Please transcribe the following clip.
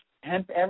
hemp